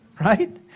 right